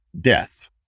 death